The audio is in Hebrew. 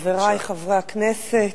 חברי חברי הכנסת,